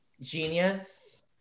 genius